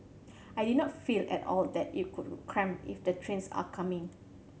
I did not feel at all that it could cramped if the trains are coming